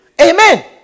Amen